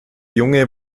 junge